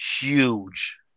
Huge